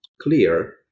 clear